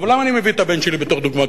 אבל למה אני מביא את הבן שלי בתור דוגמה?